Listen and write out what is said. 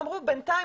אמרו בינתיים,